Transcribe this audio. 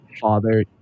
father